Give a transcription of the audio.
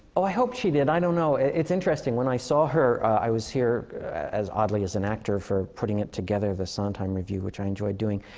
ah i hope she did. i don't know. it's interesting. when i saw her i was here as oddly, as an actor, for putting it together, the sondheim review, which i enjoyed doing.